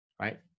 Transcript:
right